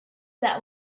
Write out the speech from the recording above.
that